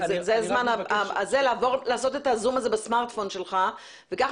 זה הזמן לעשות את הזום בסמארטפון שלך וכך